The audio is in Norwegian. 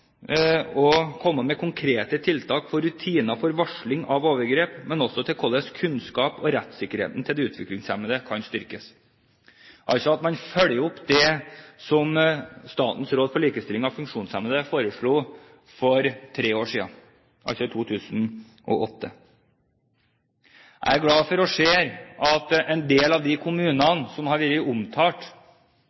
å komme med konkrete tiltak for rutiner for varsling av overgrep, men også til hvordan kunnskapen og rettssikkerheten til de utviklingshemmede kan styrkes – altså at man følger opp det som Statens råd for likestilling av funksjonshemmede foreslo for tre år siden, i 2008? Jeg er glad for å se at en del av de kommunene som har vært omtalt,